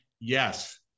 Yes